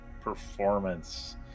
performance